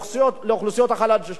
אצל אוכלוסיות חלשות,